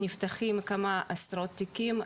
מדי שנה נפתחים כמה עשרות תיקים,